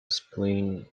spleen